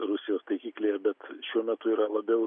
rusijos taikiklyje bet šiuo metu yra labiau